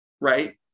Right